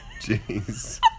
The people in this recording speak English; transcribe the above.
Jeez